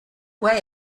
way